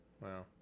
Wow